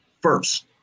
first